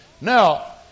Now